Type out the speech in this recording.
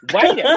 Wait